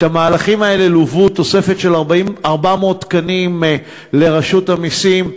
את המהלכים האלה ליוו תוספת של 400 תקנים לרשות המסים,